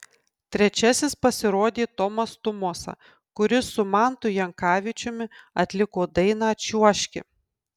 trečiasis pasirodė tomas tumosa kuris su mantu jankavičiumi atliko dainą čiuožki